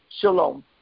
Shalom